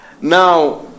Now